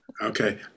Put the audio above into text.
okay